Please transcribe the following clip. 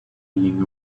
being